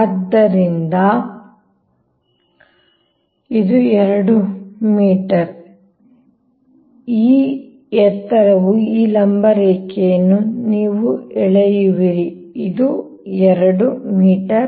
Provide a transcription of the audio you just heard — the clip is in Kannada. ಆದ್ದರಿಂದ ಇದು 2 ಮೀಟರ್ ಈ ಎತ್ತರವು ಈ ಲಂಬ ರೇಖೆಯನ್ನು ನೀವು ಎಳೆಯುವಿರಿ ಇದು 2 ಮೀಟರ್